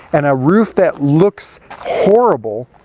and a roof that looks horrible,